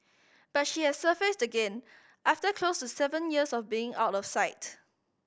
but she has surfaced again after close to seven years of being out of sight